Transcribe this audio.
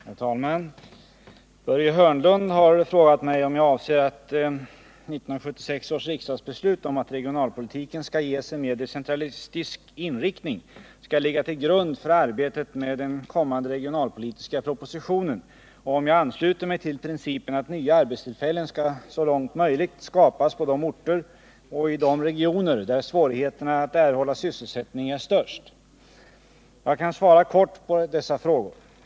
Herr talman! Börje Hörnlund har frågat mig om jag avser att 1976 års riksdagsbeslut om att regionalpolitiken skall ges en mer decentralistisk inriktning skall ligga till grund för arbetet med den kommande regionalpolitiska propositionen och om jag ansluter mig till principen att nya arbetstillfällen skall så långt möjligt skapas på de orter och i de regioner där svårigheterna att erhålla sysselsättning är störst. Jag kan svara kort på dessa frågor.